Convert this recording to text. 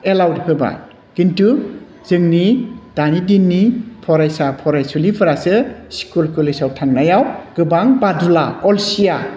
allowed होबाय खिन्थु जोंनि दानि दिननि फरायसा फरायसुलिफोरासो स्कुल कलेजाव थांनायाव गोबां बादुला अलसिया